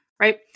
right